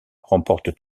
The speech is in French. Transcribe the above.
remporte